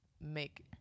make